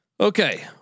Okay